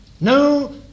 no